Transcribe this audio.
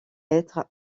être